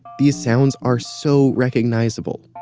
these sounds are so recognizable,